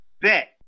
bet